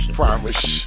promise